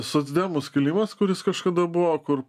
socdemų skilimas kuris kažkada buvo kur